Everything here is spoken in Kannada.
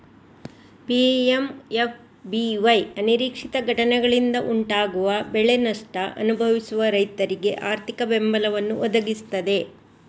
ಪಿ.ಎಂ.ಎಫ್.ಬಿ.ವೈ ಅನಿರೀಕ್ಷಿತ ಘಟನೆಗಳಿಂದ ಉಂಟಾಗುವ ಬೆಳೆ ನಷ್ಟ ಅನುಭವಿಸುವ ರೈತರಿಗೆ ಆರ್ಥಿಕ ಬೆಂಬಲವನ್ನ ಒದಗಿಸ್ತದೆ